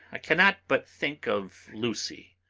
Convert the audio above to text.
i cannot but think of lucy,